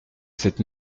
cette